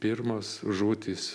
pirmos žūtys